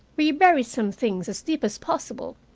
we bury some things as deep as possible,